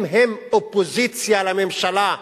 אם הם אופוזיציה לממשלה,